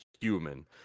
human